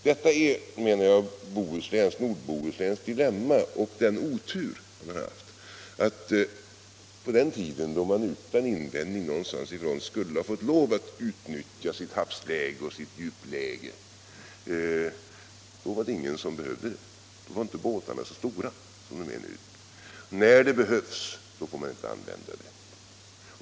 Detta är, menar jag, norra Bohusläns dilemma och den otur som man har haft: På den tiden då man utan invändning någonstans ifrån skulle ha fått lov att utnyttja sitt havsläge och sitt djupläge var det ingen som behövde det. Då var inte båtarna så stora som de är nu. När det behövs får man inte använda denna sin tillgång.